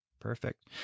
perfect